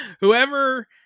whoever